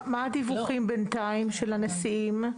מה הדיווחים בינתיים של הנשיאים?